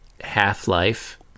half-life